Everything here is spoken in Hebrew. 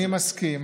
אני מסכים.